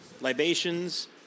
libations